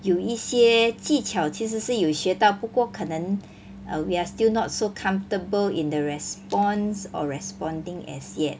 有一些技巧其实是有学到不过可能 err we're still not so comfortable in the response or responding as yet